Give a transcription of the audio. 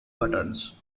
buttons